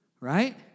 right